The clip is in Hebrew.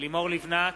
לימור לבנת,